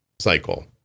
cycle